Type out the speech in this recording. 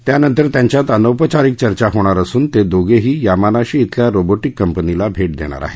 त्यानंतर त्यांच्यात अनौपचारिक चर्चा होणार असून ते दोघेही यामानाशी धिल्या रोबोटिक कंपनीला भेट देणार आहेत